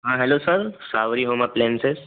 हां hello sir Savari home appliances